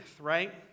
right